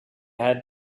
had